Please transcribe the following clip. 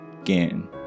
again